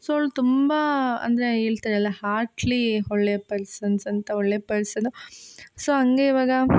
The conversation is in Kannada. ಸೊ ಅವ್ಳು ತುಂಬ ಅಂದರೆ ಹೇಳ್ತರಲ್ಲ ಹಾರ್ಟ್ಲಿ ಒಳ್ಳೆಯ ಪರ್ಸನ್ಸ್ ಅಂತ ಒಳ್ಳೆಯ ಪರ್ಸನು ಸೊ ಹಂಗೆ ಇವಾಗ